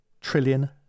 trillion